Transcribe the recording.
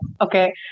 Okay